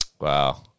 Wow